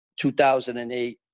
2008